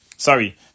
Sorry